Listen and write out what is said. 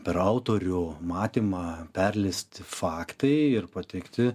per autorių matymą perleisti faktai ir pateikti